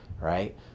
right